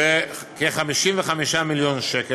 כ-55 מיליון שקל.